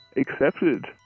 accepted